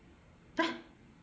ah